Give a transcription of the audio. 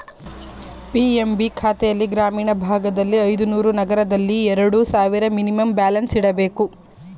PMB ಖಾತೆಲ್ಲಿ ಗ್ರಾಮೀಣ ಭಾಗದಲ್ಲಿ ಐದುನೂರು, ನಗರದಲ್ಲಿ ಎರಡು ಸಾವಿರ ಮಿನಿಮಮ್ ಬ್ಯಾಲೆನ್ಸ್ ಇಡಬೇಕು